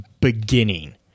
beginning